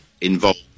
involved